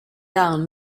down